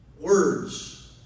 words